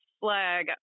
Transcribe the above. flag